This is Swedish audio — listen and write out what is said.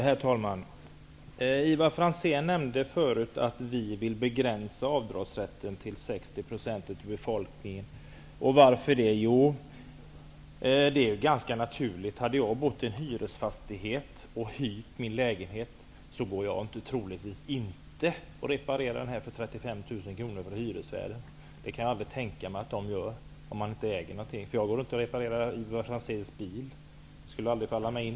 Herr talman! Ivar Franzén nämnde tidigare att vi vill begränsa avdragsrätten till 60 % av befolkningen. Varför vill vi göra det? Jo, det är ganska naturligt. Om jag hade bott i en hyresfastighet och hyrt min lägenhet skulle jag troligen inte reparera för 35 000. Det skulle jag aldrig tänka mig att man gör om man inte äger sin bostad. Jag skulle inte reparera Ivar Franzéns bil. Det skulle aldrig falla mig in.